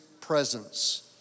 Presence